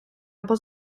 або